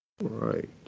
right